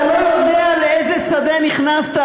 אתה לא יודע לאיזה שדה נכנסת,